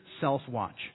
Self-Watch